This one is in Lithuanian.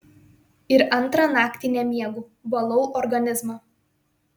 ir antrą naktį nemiegu valau organizmą